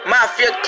Mafia